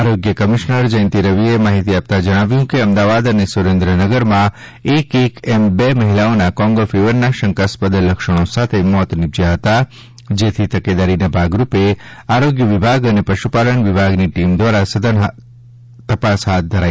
આરોગ્ય કમિશ્નર જયંતિ રવિએ માહિતી આપતા જણાવ્યું કે અમદાવાદ અને સુરેન્દ્રનગરમાં એક એક એમ બે મહિલાઓના કોંગા ફિવરના શંકાસ્પદ લક્ષણો સાથે મોત નિપજ્યા હતા જેથી તકેદારીના ભાગરુપે આરોગ્ય વિભાગ અને પશુપાલન વિભાગની ટીમ દ્વારા સઘન તપાસ હાથ ધરી છે